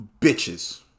bitches